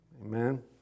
Amen